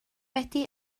wedi